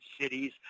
cities